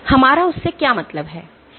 हमारा उससे क्या मतलब है